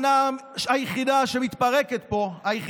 ואני חושב שכל אחד שיושב פה באולם הזה חייב